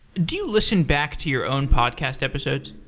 do you listen back to your own podcast episodes?